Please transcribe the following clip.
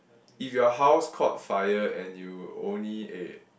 if your house caught fire and you only eh